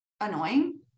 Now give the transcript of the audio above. Annoying